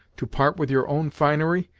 to part with your own finery,